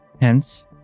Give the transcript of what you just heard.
Hence